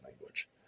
Language